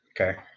Okay